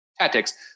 tactics